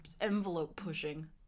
envelope-pushing